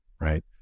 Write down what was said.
right